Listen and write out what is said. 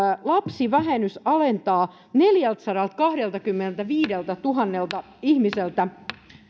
lapsivähennys alentaa neljältäsadaltakahdeltakymmeneltäviideltätuhannelta ihmiseltä